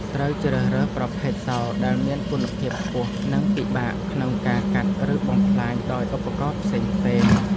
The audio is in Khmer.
ត្រូវជ្រើសរើសប្រភេទសោរដែលមានគុណភាពខ្ពស់និងពិបាកក្នុងការកាត់ឬបំផ្លាញដោយឧបករណ៍ផ្សេងៗ។